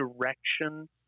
direction